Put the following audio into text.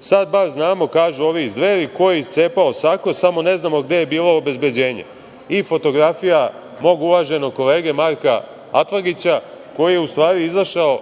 „Sad bar znamo“, kažu ovi iz Dveri, „ko je iscepao sako, samo ne znamo gde je bilo obezbeđenje“ i fotografija mog uvaženog kolege Marka Atlagića, koji je u stvari izašao